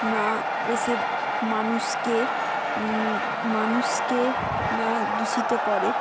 না এসে মানুষকে মানুষকে না দূষিত করে